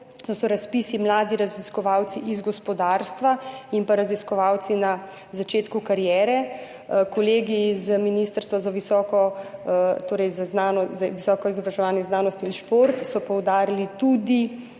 to so razpisi mladi raziskovalci iz gospodarstva in pa raziskovalci na začetku kariere. Kolegi z Ministrstva za visoko šolstvo, znanost in inovacije so poudarili tudi